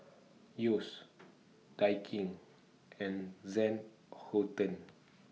Yeo's Daikin and than Houten